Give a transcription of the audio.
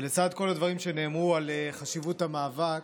לצד כל הדברים שנאמרו על חשיבות המאבק,